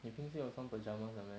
你平时有穿 pyjamas 的 meh